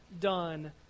done